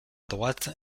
droite